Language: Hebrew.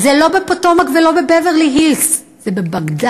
זה לא בפוטומק ולא בבוורלי-הילס, זה בבגדאד.